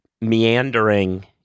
meandering